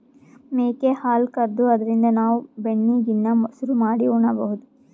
ಮೇಕೆ ಹಾಲ್ ಕರ್ದು ಅದ್ರಿನ್ದ್ ನಾವ್ ಬೆಣ್ಣಿ ಗಿಣ್ಣಾ, ಮಸರು ಮಾಡಿ ಉಣಬಹುದ್